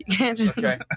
Okay